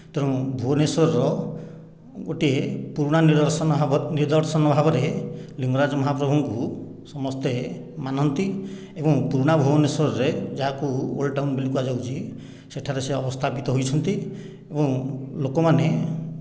ତେଣୁ ଭୁବନେଶ୍ୱରର ଗୋଟିଏ ପୁରୁଣା ନୀରଦର୍ଶନ ନିଦର୍ଶନ ଭାବରେ ଲିଙ୍ଗରାଜ ମହାପ୍ରଭୁଙ୍କୁ ସମସ୍ତେ ମାନନ୍ତି ଏବଂ ପୁରୁଣା ଭୁବନେଶ୍ୱରରେ ଯାହାକୁ ଓଲଡ଼୍ ଟାଉନ ବୋଲି କୁହାଯାଉଛି ସେଠାରେ ସେ ଅବସ୍ଥାପିତ ହୋଇଛନ୍ତି ଏବଂ ଲୋକମାନେ